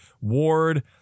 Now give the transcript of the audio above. Ward